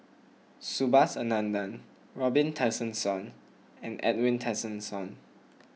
Subhas Anandan Robin Tessensohn and Edwin Tessensohn